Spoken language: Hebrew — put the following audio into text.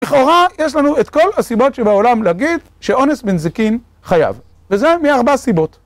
לכאורה יש לנו את כל הסיבות שבעולם להגיד שאונס בנזיקין חייב, וזה מארבע סיבות.